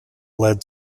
led